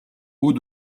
haut